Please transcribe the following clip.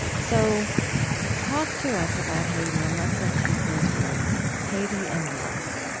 so talk to us about haiti, and let's like take those words haiti and love.